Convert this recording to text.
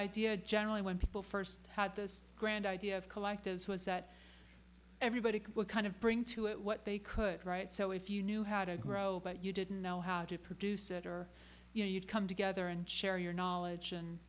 idea generally when people first had this grand idea of collectives was that everybody can kind of bring to it what they could write so if you knew how to grow but you didn't know how to produce it or you'd come together and share your knowledge and